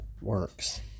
works